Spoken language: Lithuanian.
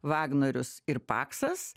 vagnorius ir paksas